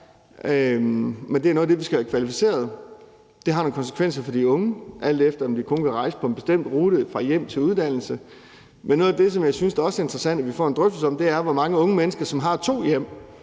men det er noget af det, vi skal have kvalificeret. Det har nogle konsekvenser for de unge, alt efter om de kun kan rejse på en bestemt rute fra hjem til uddannelse, men noget af det, som jeg synes også er interessant at vi får en drøftelse om, er, hvor mange unge mennesker der har to hjem,